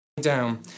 down